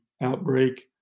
outbreak